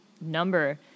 number